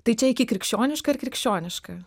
tai čia iki krikščioniška ar krikščioniška